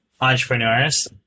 entrepreneurs